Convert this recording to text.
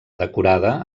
decorada